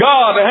God